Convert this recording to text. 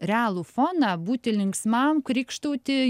realų foną būti linksmam krykštauti